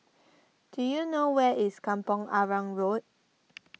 do you know where is Kampong Arang Road